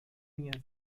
minha